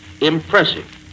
impressive